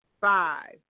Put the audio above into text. Five